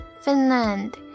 Finland